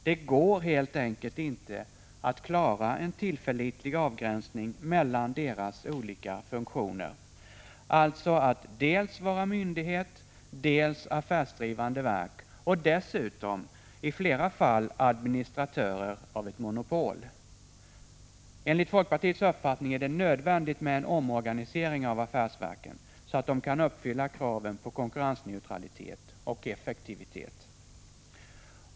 Det går helt enkelt inte att klara en tillförlitlig avgränsning mellan deras olika funktioner — alltså att vara dels myndighet, dels affärsdrivande verk och dessutom i flera fall administratörer av ett monopol. Enligt folkpartiets uppfattning är det nödvändigt med en omorganisering av affärsverken, så att de kan uppfylla kraven på konkurrensneutralitet och effektivitet.